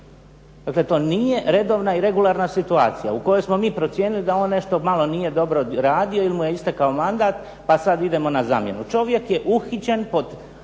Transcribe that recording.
Dakle to nije redovna i regularna situacija u kojoj smo mi procijenili da on nešto malo nije dobro radio ili mu je istekao mandat, pa sad idemo na zamjenu. Čovjek je uhićen pod